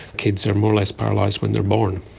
kids are more or less paralysed when they are born.